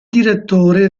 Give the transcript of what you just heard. direttore